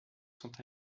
sont